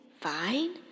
Fine